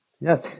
Yes